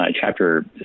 chapter